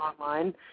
online